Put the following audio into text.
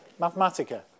Mathematica